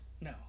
No